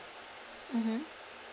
mmhmm